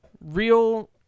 real